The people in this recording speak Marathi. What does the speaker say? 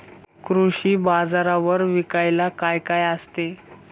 कृषी बाजारावर विकायला काय काय असते?